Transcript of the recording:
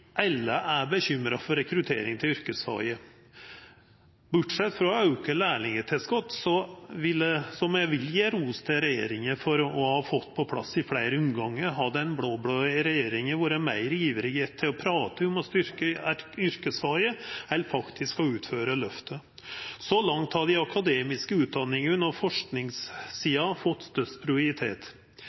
er bekymra for rekruttering til yrkesfaga. Bortsett frå auka lærlingtilskott, som eg vil gje ros til regjeringa for å ha fått på plass i fleire omgangar, har den blå-blå regjeringa vore meir ivrige til å prata om styrking av yrkesfaga enn faktisk å utføra løftet. Så langt har dei akademiske utdanningane og forskingssida fått størst